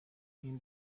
این